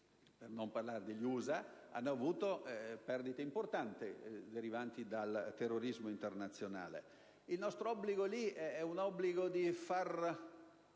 per non parlare degli USA, hanno subito perdite importanti derivanti dal terrorismo internazionale. Il nostro obbligo lì è di far